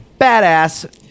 badass